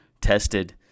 tested